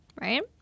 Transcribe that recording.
Right